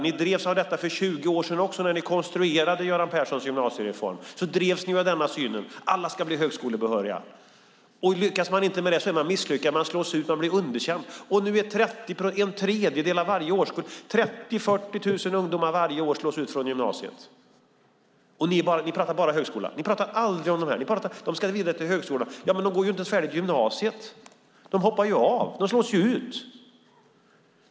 Ni drevs av denna syn för 20 år sedan också, när ni konstruerade Göran Perssons gymnasiereform: Alla ska bli högskolebehöriga! Lyckas man inte med det är man misslyckad. Man slås ut och blir underkänd. Nu är det en tredjedel av varje årskull. 30 000-40 000 ungdomar slås varje år ut från gymnasiet. Men ni pratar bara om högskolan. Ni pratar aldrig om de här ungdomarna. De ska vidare till högskolan. Men de går inte ens färdigt gymnasiet! De hoppar av och slås ut.